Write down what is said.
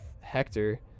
hector